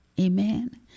Amen